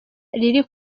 riri